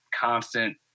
constant